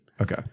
Okay